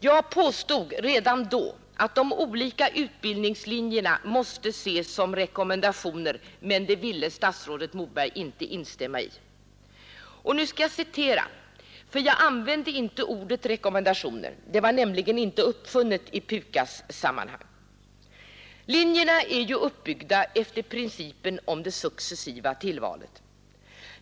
Jag påstod redan då att de olika utbildningslinjerna måste ses som rekommendationer, men det ville inte statsrådet Moberg instämma i. Och nu skall jag citera, för jag använde inte ordet rekommendationer; det var nämligen inte uppfunnet i PUKAS-sammanhang. Linjerna är ju uppbyggda efter principen om det successiva tillvalet.